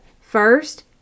first